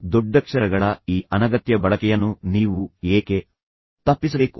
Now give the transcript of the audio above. ದೊಡ್ಡಕ್ಷರಗಳ ಈ ಅನಗತ್ಯ ಬಳಕೆಯನ್ನು ನೀವು ಏಕೆ ತಪ್ಪಿಸಬೇಕು